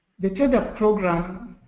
the tedap program